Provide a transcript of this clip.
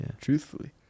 truthfully